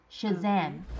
Shazam